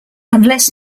unless